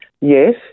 Yes